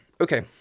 Okay